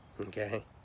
okay